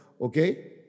Okay